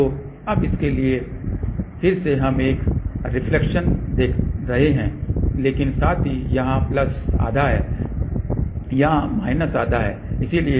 तो अब उसके लिए फिर से हम एक रिफ्लेक्शन देख रहे हैं लेकिन साथ ही यहां प्लस आधा है यहां माइनस आधा है